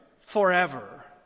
forever